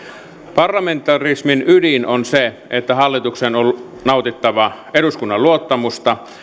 parlamentarismin ydin on se että hallituksen on nautittava eduskunnan luottamusta